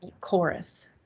chorus